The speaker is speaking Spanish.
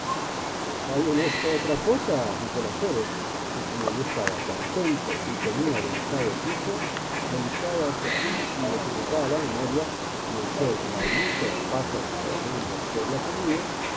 pues hay en esto otra cosa dijo el alférez que como yo estaba tan atento y tenía delicado el juicio delicada sotil y desocupada la memoria merced a las muchas pasas y almendras que había